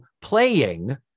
playing